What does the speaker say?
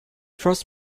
trust